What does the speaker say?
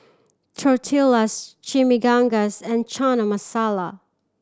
Tortillas Chimichangas and Chana Masala